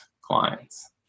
clients